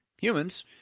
humans